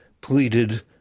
pleaded